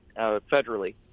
federally